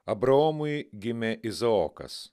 abraomui gimė izaokas